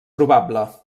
probable